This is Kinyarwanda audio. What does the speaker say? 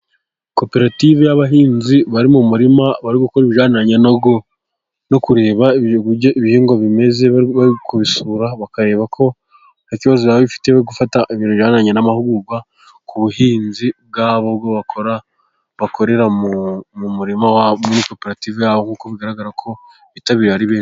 Koperative y'abahinzi bari mu murima, bari gukora ibijyanye no kureba ibihingwa, bimeze kubisura bakareba ko ikibazo bifite, bari gufata ibirori binyuranye n'amahugurwa ku buhinzi bwabo bwo bakora, bakorera mu murima wabo muri koperative yabo nk'uko bigaragara ko bitabiriye ari benshi.